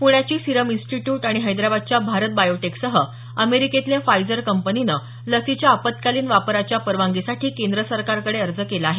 पुण्याची सीरम इन्स्टिट्यूट आणि हैदराबादच्या भारत बायोटेक सह अमेरिकेतल्या फायजर कंपनीनं लसीच्या आपत्कालीन वापराच्या परवानगीसाठी केंद्र सरकारकडे अर्ज केला आहे